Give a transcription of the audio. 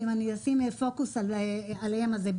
ואם אני אשים פוקוס על העניין הזה,